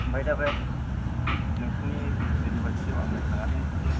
ओमफ्राइ दा बे नोंथांनि इउनिभारसिथियाव आङो थांनानै एसे